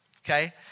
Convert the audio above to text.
okay